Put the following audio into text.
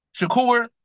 Shakur